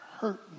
hurt